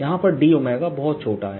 यहां पर d बहुत ही छोटा है